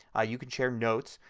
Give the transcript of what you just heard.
ah you can share notes,